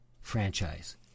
franchise